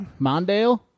Mondale